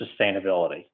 sustainability